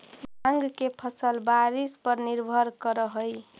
भाँग के फसल बारिश पर निर्भर करऽ हइ